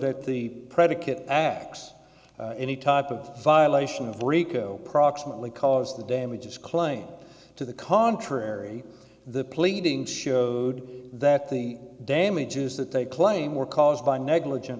that the predicate acts any type of violation of rico approximately cause the damages claim to the contrary the pleadings showed that the damages that they claim were caused by negligent